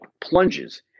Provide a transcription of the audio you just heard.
plunges